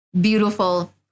beautiful